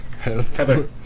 Heather